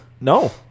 no